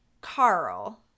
Carl